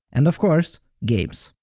and of course, games.